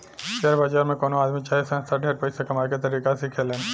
share बाजार से कवनो आदमी चाहे संस्था ढेर पइसा कमाए के तरीका सिखेलन